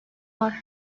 var